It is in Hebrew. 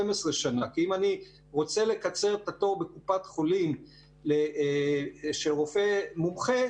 12 שנה כי אם אני רוצה לקצר את התור בקופת חולים לרופא מומחה,